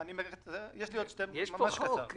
יש פה חוק.